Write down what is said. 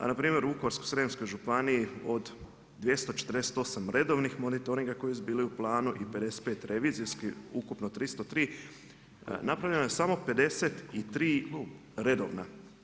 A npr. u Vukovarsko-srijemskoj županiji od 248 redovnih monitoringa koji su bili u planu i 55 revizijskih, ukupno 303 napravljeno je samo 53 redovna.